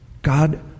God